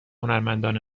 هنرمندان